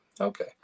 Okay